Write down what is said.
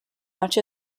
much